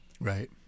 Right